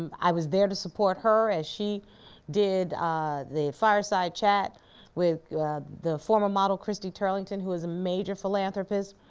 um i was there to support her as she did the fireside chat with the former model, christy turlington who was a major philanthropist.